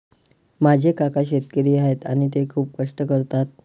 माझे काका शेतकरी आहेत आणि ते खूप कष्ट करतात